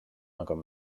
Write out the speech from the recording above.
agam